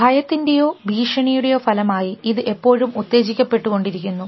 ഭയത്തിൻറെയോ ഭീഷണിയുടെയോ ഫലമായി ഇത് എപ്പോഴും ഉത്തേജിക്കപ്പെട്ടു കൊണ്ടിരിക്കുന്നു